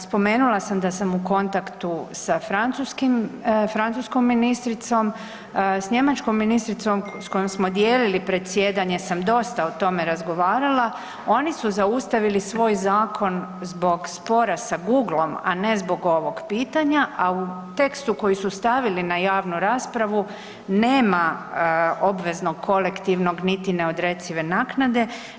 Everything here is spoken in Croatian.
Spomenula sam da sam u kontaktu sa francuskim, francuskom ministricom s njemačkom ministricom s kojom smo dijelili predsjedanje sam dosta o tome razgovarala, oni su zaustavili svoj zakon zbog spora s Google-om, a ne zbog ovog pitanja, a u tekstu koji su stavili na javnu raspravu nema obveznog kolektivnog niti neodrecive naknade.